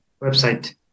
website